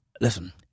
listen